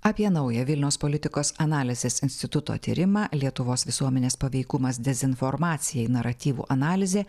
apie naują vilniaus politikos analizės instituto tyrimą lietuvos visuomenės paveikumas dezinformacijai naratyvų analizė